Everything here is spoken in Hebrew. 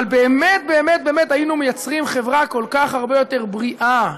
אבל באמת באמת באמת היינו יוצרים חברה הרבה יותר בריאה,